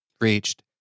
reached